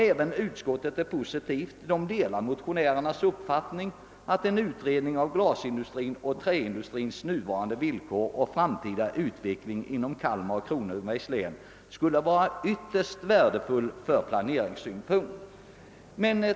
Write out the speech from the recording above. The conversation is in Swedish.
Även utskottsmajoriteten är positivt inställd och skriver, att den »delar motionärernas uppfattning att en utredning av glasindustrins och träindustrins nuvarande villkor och framtida utveckling inom Kaimar och Kronobergs län skulle vara ytterst värdefull från planeringssynpunkt».